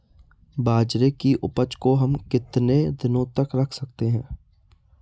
बाजरे की उपज को हम कितने दिनों तक रख सकते हैं?